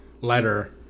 letter